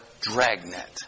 dragnet